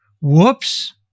whoops